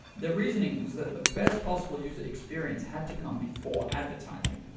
the reasoning was that the best possible user experience had to come before advertising.